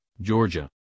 georgia